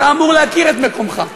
אתה אמור להכיר את מקומך.